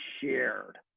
shared